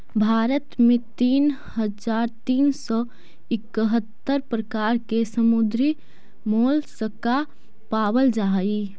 भारत में तीन हज़ार तीन सौ इकहत्तर प्रकार के समुद्री मोलस्का पाबल जा हई